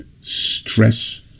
Stress